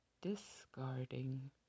Discarding